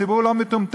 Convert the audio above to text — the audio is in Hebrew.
הציבור לא מטומטם,